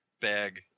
bag